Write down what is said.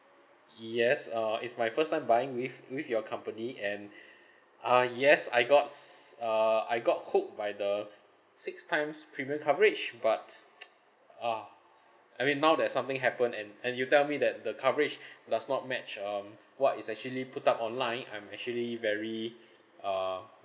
yes uh it's my first time buying with with your company and ah yes I got s~ err I got hooked by the six times premium coverage but uh I mean now that something happened and and you tell me that the coverage does not match um what is actually put up online I'm actually very uh